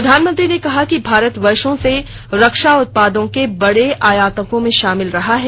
प्रधानमंत्री ने कहा कि भारत वर्षो से रक्षा उत्पादों के बड़े आयात को में शामिल रहा हैं